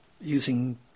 using